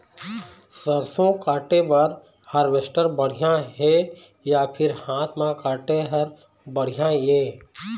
सरसों काटे बर हारवेस्टर बढ़िया हे या फिर हाथ म काटे हर बढ़िया ये?